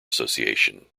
association